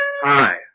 Hi